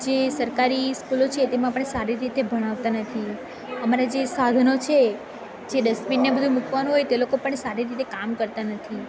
જે સરકારી સ્કૂલો છે તેમાં પણ સારી રીતે ભણાવતા નથી અમારા જે સાધનો છે જે ડસ્ટબિનને બધુ મૂકવાનું હોય તે લોકો પણ સારી રીતે કામ કરતા નથી